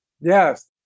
Yes